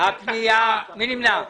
מי נמנע?